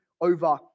over